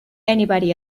anybody